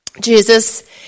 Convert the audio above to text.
Jesus